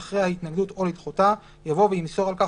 אחרי "ההתנגדות או לדחותה" יבוא "וימסור על כך